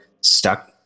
stuck